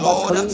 Lord